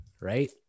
Right